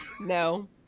No